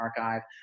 archive